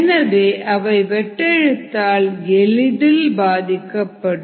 எனவே அவை வெட்டழுத்தத்தால் எளிதில் பாதிக்கப்படும்